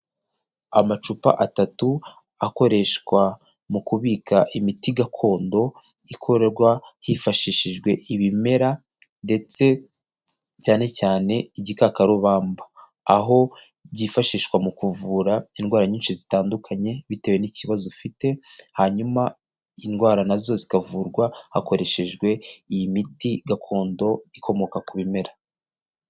Amacupa atatu akoreshwa mu kubika imiti gakondo ikorwa hifashishijwe ibimera, ndetse cyane cyane igikakarubamba, aho byifashishwa mu kuvura indwara nyinshi zitandukanye bitewe n'ikibazo ufite, hanyuma indwara nazo zikavurwa hakoreshejwe iyi miti gakondo ikomoka ku bimera.